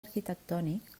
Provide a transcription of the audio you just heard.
arquitectònic